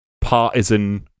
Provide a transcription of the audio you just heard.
partisan